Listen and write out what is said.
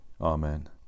Amen